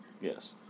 Yes